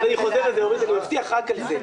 את לא יכולה ללכת.